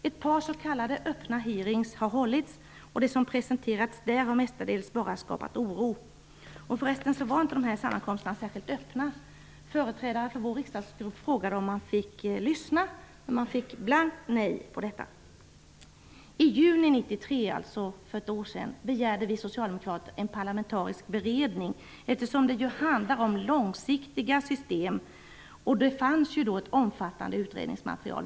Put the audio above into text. Ett par s.k. öppna hearingar har hållits, och det som har presenterats där har mestadels enbart skapat oro. Förresten var inte dessa sammankomster särskilt öppna. Företrädare för vår riksdagsgrupp frågade om de fick lyssna men fick ett blankt nej till svar. I juni 1993 begärde vi socialdemokrater en parlamentarisk beredning, eftersom det ju handlar om långsiktiga system och fanns ett omfattande material.